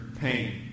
pain